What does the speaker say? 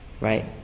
Right